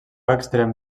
extrem